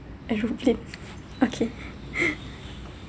and replay okay